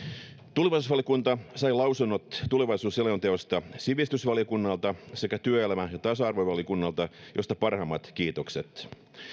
tulevaisuusvaliokunta sai lausunnot tulevaisuusselonteosta sivistysvaliokunnalta sekä työelämä ja tasa arvovaliokunnalta mistä parhaimmat kiitokset